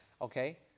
okay